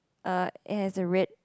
uh it has a red